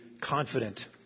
confident